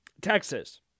Texas